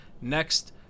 next